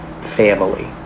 family